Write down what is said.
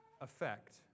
effect